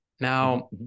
Now